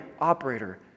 Operator